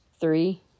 Three